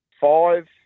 five